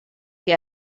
que